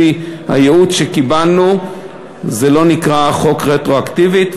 לפי הייעוץ שקיבלנו זה לא נקרא חוק רטרואקטיבי.